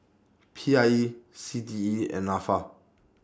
P I E C T E and Nafa